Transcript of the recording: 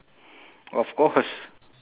of course